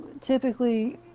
Typically